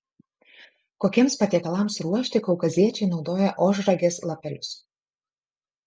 kokiems patiekalams ruošti kaukaziečiai naudoja ožragės lapelius